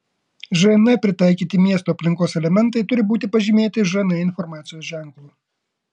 žn pritaikyti miesto aplinkos elementai turi būti pažymėti žn informacijos ženklu